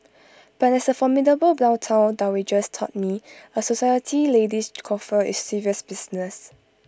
but as the formidable downtown dowagers taught me A society lady's coiffure is serious business